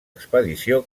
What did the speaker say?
expedició